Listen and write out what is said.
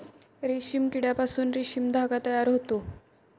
रेशीम किड्यापासून रेशीम धागा तयार होतो